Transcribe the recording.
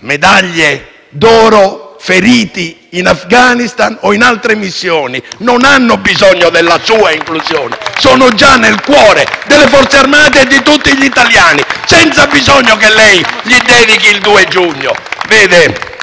medaglie d'oro ferite in Afghanistan e in altre missioni, non hanno bisogno della sua inclusione, perché sono già nel cuore delle Forze armate e di tutti gli italiani, senza bisogno che lei dedichi loro il 2 giugno.